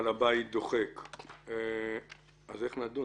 איך נדון?